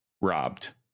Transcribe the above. robbed